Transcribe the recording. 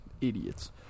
Idiots